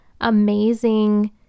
amazing